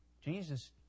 Jesus